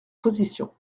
position